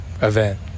event